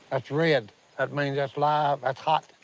that's red. that means that's live. that's hot.